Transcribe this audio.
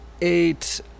eight